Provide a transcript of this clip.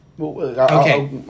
Okay